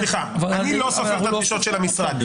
סליחה, אני לא סופר את הדרישות של המשרד.